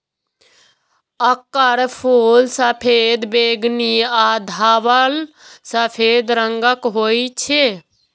एकर फूल सफेद, बैंगनी आ धवल सफेद रंगक होइ छै